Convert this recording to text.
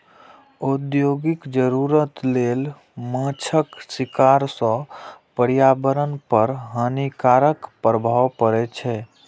औद्योगिक जरूरत लेल माछक शिकार सं पर्यावरण पर हानिकारक प्रभाव पड़ै छै